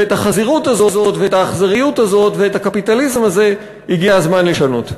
ואת החזירות הזאת ואת האכזריות הזאת ואת הקפיטליזם הזה הגיע הזמן לשנות.